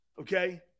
Okay